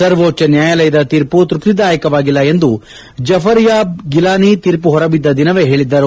ಸರ್ವೋಚ್ವ ನ್ನಾಯಾಲಯದ ತೀರ್ಮ ತೃಪ್ತಿದಾಯಕವಾಗಿಲ್ಲ ಎಂದು ಜಫರ್ಯಾಬ್ ಗಿಲಾನಿ ತೀರ್ಮ ಹೊರಬಿದ್ದ ದಿನ ಹೇಳದ್ದರು